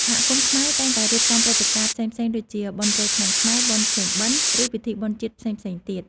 សហគមន៍ខ្មែរតែងតែរៀបចំព្រឹត្តិការណ៍ផ្សេងៗដូចជា បុណ្យចូលឆ្នាំខ្មែរ បុណ្យភ្ជុំបិណ្ឌ ឬពិធីបុណ្យជាតិផ្សេងៗទៀត ។